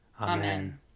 Amen